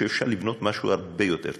שאפשר לבנות משהו הרבה יותר טוב,